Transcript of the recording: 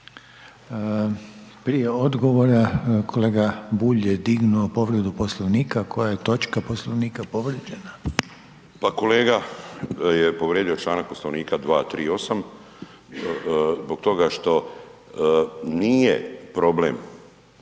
Prije odgovora kolega Bulj je dignuo povredu Poslovnika. Koja točka Poslovnika povrijeđena? **Bulj, Miro (MOST)** Pa kolega je povrijedio članak Poslovnika 238. zbog toga što nije problem samo